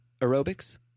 aerobics